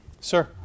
Sir